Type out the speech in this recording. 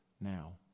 now